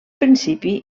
principi